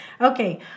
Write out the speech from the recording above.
Okay